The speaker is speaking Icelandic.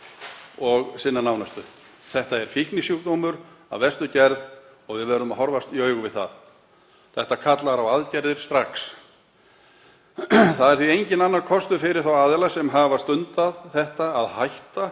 og sinna nánustu. Þetta er fíknisjúkdómur af verstu gerð og við verðum að horfast í augu við það. Þetta kallar á aðgerðir strax. Það er því enginn annar kostur fyrir þá aðila sem hafa haldið úti rekstri